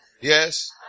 Yes